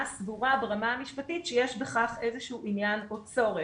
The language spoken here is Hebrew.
סבורה ברמה המשפטית שיש בכך איזשהו עניין או צורך,